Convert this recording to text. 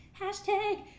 Hashtag